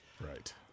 Right